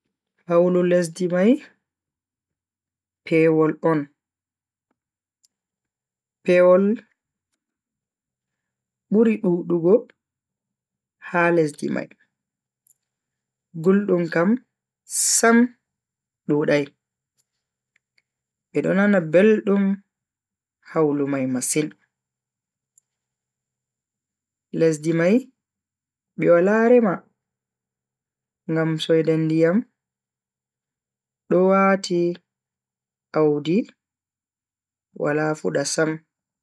Hawlu lesdi mai pewol on. pewol buri dudugo ha lesdi mai, guldum kam Sam dudai. bedo nana beldum hawlu mai masin. lesdi mai be Wala rema ngam soinde ndiyam do wati audi Wala fuda Sam.